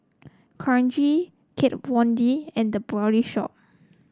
Karcher Kat Von D and The Body Shop